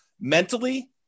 mentally